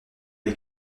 les